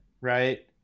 right